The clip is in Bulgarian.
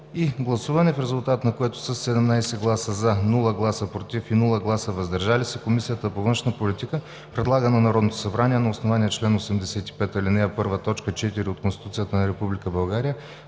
и гласуване, в резултат на което със 17 гласа „за“, без „против“ и „въздържали се“ Комисията по външна политика предлага на Народното събрание, на основание чл. 85, ал. 1, т. 4 от Конституцията на Република България,